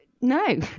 no